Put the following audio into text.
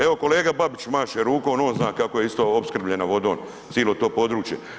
Evo kolega Babić maše rukom, on zna kako je isto opskrbljena vodom cijelo to područje.